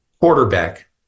quarterback